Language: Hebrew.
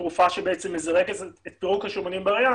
התרופה שמזרזת את פירוק השומנים בריאה